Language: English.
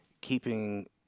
keeping